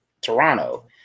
Toronto